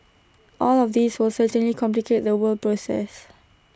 all of these will certainly complicate the were process